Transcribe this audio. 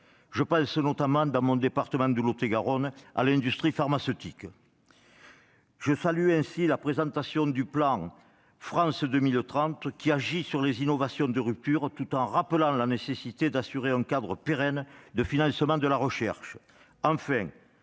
Je pense notamment, dans mon département de Lot-et-Garonne, à l'industrie pharmaceutique. Je salue ainsi la présentation du plan France 2030, qui agit sur les innovations de rupture tout en rappelant la nécessité d'assurer un cadre pérenne de financement de la recherche.